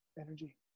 energy